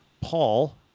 Paul